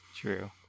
True